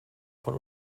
von